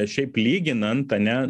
šiaip lyginant ane